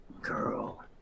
Girl